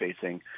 facing